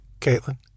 Caitlin